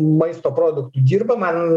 maisto produktų dirba man